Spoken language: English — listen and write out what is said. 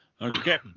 Okay